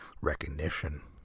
recognition